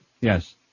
Yes